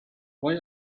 why